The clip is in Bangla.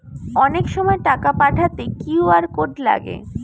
অনেক সময় টাকা পাঠাতে কিউ.আর কোড লাগে